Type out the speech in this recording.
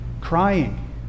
crying